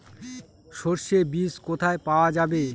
সর্ষে বিজ কোথায় পাওয়া যাবে?